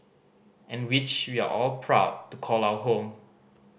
and which we are all proud to call our home